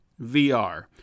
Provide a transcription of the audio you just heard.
VR